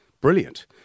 brilliant